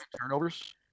turnovers